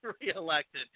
reelected